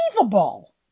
Unbelievable